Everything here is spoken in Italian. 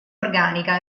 organica